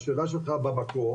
השאלה שלך במקום.